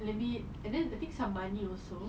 maybe and then picks up money also